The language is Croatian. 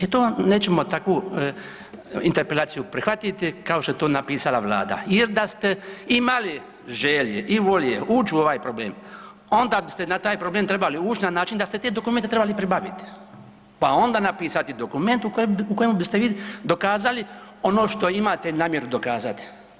E to vam nećemo tako Interpelaciju prihvatiti kao što je to napisala Vlada, jer da ste imali želje i volje ući u ovaj problem, onda biste na taj problem trebali ući na način da ste te dokumente trebali pribaviti pa onda napisati dokument u kojem biste vi dokazali ono što imate namjeru dokazati.